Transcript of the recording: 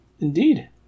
Indeed